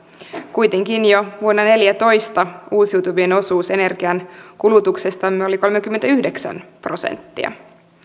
kuitenkin jo vuonna neljätoista uusiutuvien osuus energiankulutuksestamme oli kolmekymmentäyhdeksän prosenttia